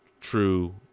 true